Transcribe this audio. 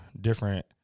different